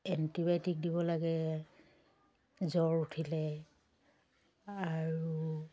antibiotic দিব লাগে জ্বৰ উঠিলে আৰু